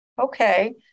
okay